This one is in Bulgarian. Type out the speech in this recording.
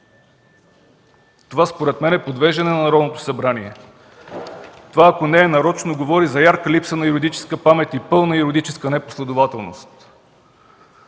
Според мен това е подвеждане на Народното събрание и ако не е нарочно, говори за ярка липса на юридическа памет и пълна юридическа непоследователност.